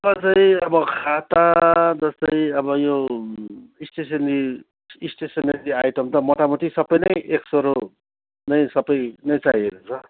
मात्रै अब खाता जस्तै अब यो स्टेसनरी स्टेसनरी आइटम त मोटामोटी सबै नै एकसरो नै सबै नै चाहिएको छ